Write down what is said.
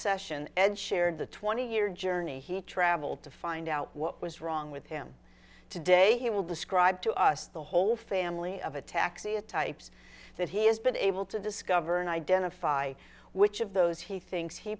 session and shared the twenty year journey he traveled to find out what was wrong with him today he will describe to us the whole family of a taxi a types that he has been able to discover and identify which of those he thinks he